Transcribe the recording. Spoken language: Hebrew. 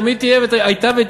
תמיד הייתה,